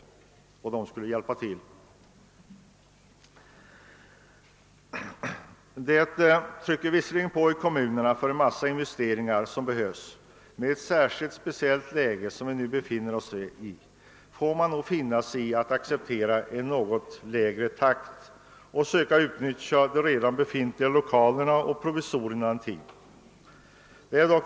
Visserligen trycker en mängd investeringsbehov på i kommunerna, men i ett sådant speciellt besvärligt läge som vi nu befinner oss får man nog acceptera en något lägre investeringstakt och utnyttja redan befintliga lokaler eller tillgripa provisorier.